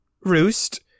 roost